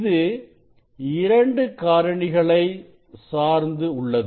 இது இரண்டு காரணிகளை சார்ந்து உள்ளது